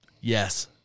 Yes